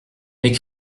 mais